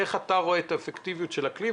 איך אתה רואה את האפקטיביות של הכלי.